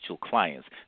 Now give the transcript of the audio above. clients